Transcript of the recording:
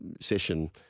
session